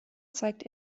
zeigt